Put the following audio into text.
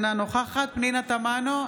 אינה נוכחת פנינה תמנו,